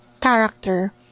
character